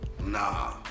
Nah